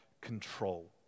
control